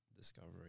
discovery